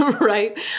Right